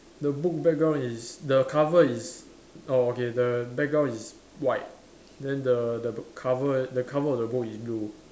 the book background is the cover is oh okay the background is white then the the bl~ cover the cover of the book is blue